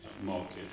market